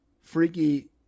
Freaky